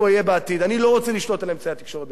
אני לא רוצה לשלוט על אמצעי התקשורת במדינת ישראל.